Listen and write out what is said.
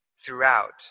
throughout